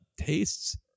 tastes